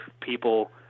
people